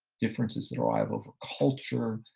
differences that arrive over culture,